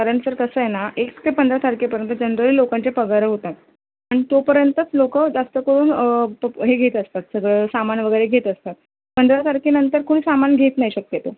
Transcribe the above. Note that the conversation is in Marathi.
कारण सर कसं आहे ना एक ते पंधरा तारखेपर्यंत जनरली लोकांचे पगार होतात आणि तोपर्यंतच लोकं जास्त करून हे घेत असतात सगळं सामान वगैरे घेत असतात पंधरा तारखेनंतर कुणी सामान घेत नाही शक्यतो